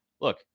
look